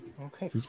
Okay